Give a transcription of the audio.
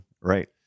right